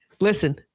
Listen